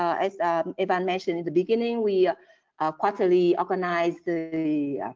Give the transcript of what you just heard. as evan mentioned in the beginning, we quarterly organize the the